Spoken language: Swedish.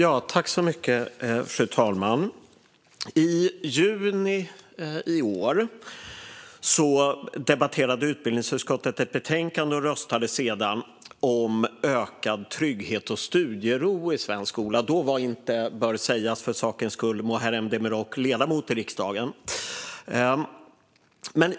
Fru talman! I juni i år debatterade utbildningsutskottet ett betänkande om ökad trygghet och studiero i svensk skola som riksdagen sedan röstade om. För sakens skull bör sägas att Muharrem Demirok då inte var ledamot i riksdagen.